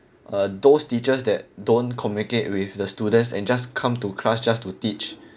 uh those teachers that don't communicate with the students and just come to class just to teach